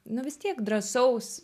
nu vis tiek drąsaus